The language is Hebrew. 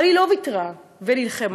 אבל היא לא ויתרה, ונלחמה.